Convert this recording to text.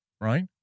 right